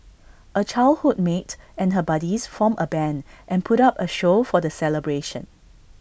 A childhood mate and her buddies formed A Band and put up A show for the celebration